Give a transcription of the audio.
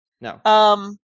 No